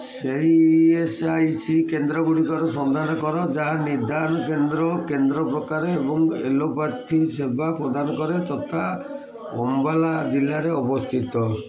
ସେହି E S I C କେନ୍ଦ୍ରଗୁଡ଼ିକର ସନ୍ଧାନ କର ଯାହା ନିଦାନ କେନ୍ଦ୍ର କେନ୍ଦ୍ର ପ୍ରକାର ଏବଂ ଏଲୋପାଥି ସେବା ପ୍ରଦାନ କରେ ତଥା ଅମ୍ବାଲା ଜିଲ୍ଲାରେ ଅବସ୍ଥିତ